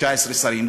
19 שרים.